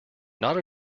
not